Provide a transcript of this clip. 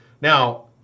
Now